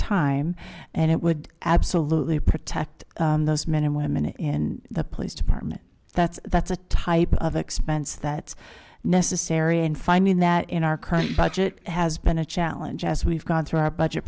time and it would absolutely protect those men and women in the police department that's that's a type of expense that's necessary and finding that in our current budget has been a challenge as we've gone through our budget